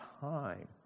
time